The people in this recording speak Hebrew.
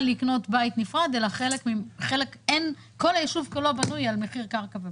לקנות בית נפרד אלא כל היישוב כולו בנוי על מחיר קרקע ובית.